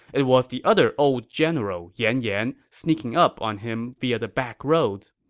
it was the other old general, yan yan, sneaking up on him via the backroads.